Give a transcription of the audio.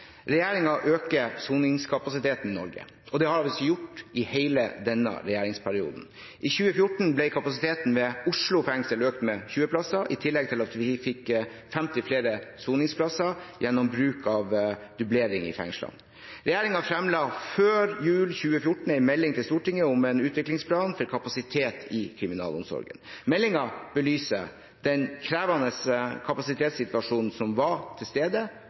øker soningskapasiteten i Norge, og det har vi gjort i hele denne regjeringsperioden. I 2014 ble kapasiteten ved Oslo fengsel økt med 20 plasser, i tillegg til at vi fikk 50 flere soningsplasser gjennom bruk av dublering i fengslene. Regjeringen framla før jul 2014 en melding til Stortinget om en utviklingsplan for kapasitet i kriminalomsorgen. Meldingen belyser den krevende kapasitetssituasjonen som var til stede